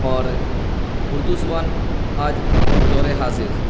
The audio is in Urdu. اور اردو زبان آج دور حاضر